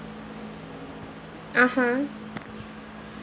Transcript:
(uh huh)